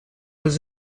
was